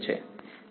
વિદ્યાર્થી